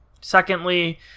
Secondly